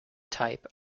type